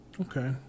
Okay